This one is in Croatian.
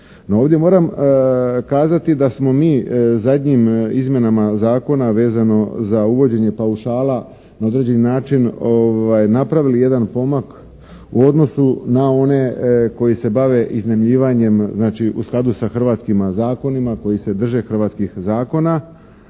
ovdje moram kazati da smo mi zadnjim izmjenama Zakona vezano za uvođenje paušala na određeni način napravili jedan pomak u odnosu na one koji se bave iznajmljivanjem, znači u skladu sa hrvatskima zakonima koji se drže hrvatskih zakona,